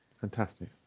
Fantastic